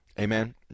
Amen